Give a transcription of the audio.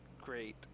great